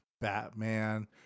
Batman